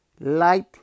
light